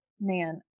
man